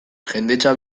jendetza